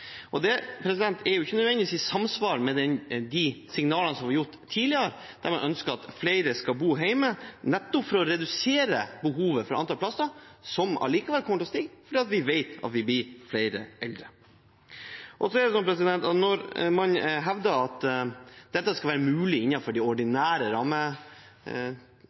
Det er ikke nødvendigvis i samsvar med de signalene som er gitt tidligere, der man ga uttrykk for at man ønsket at flere skulle bo hjemme, nettopp for å redusere behovet for plasser, et behov som allikevel kommer til å bli større, fordi vi vet at vi blir flere eldre. Når man hevder at dette skal det være mulig å sørge for innenfor rammene av de